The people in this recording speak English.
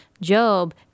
Job